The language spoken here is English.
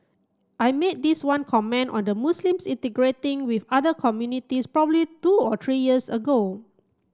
I made this one comment on the Muslims integrating with other communities probably two or three years ago